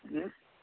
हूँ